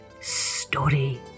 Story